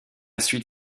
suite